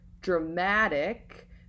dramatic